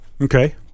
Okay